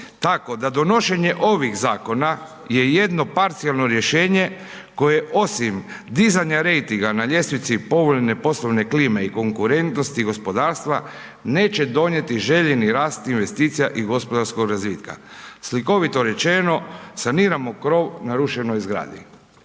Tako da donošenje ovih zakona je jedno parcijalno rješenje, koje osim dizanja rejtinga na ljestvici povoljne poslovne klime i konkurentnosti gospodarstva neće donijeti željeni rast investicija i gospodarskog razvitka. Slikovito rečeno saniramo krov narušenoj zgradi.